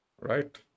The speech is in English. right